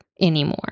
anymore